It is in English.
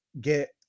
get